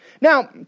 Now